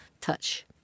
touch